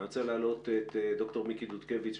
אני רוצה להעלות את ד"ר מיקי דודקביץ,